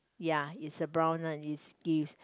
ya it's a brown one it's Give's